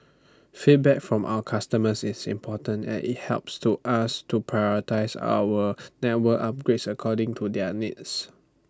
feedback from our customers is important at IT helps to us to prioritise our network upgrades according to their needs